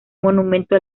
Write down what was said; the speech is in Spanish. monumento